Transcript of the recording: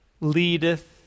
leadeth